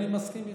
אני מסכים איתך.